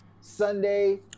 Sunday